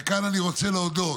וכאן אני רוצה להודות